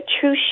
true